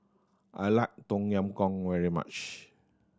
I like Tom Yam Goong very much